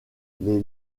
les